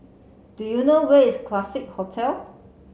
do you know where is Classique Hotel